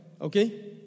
okay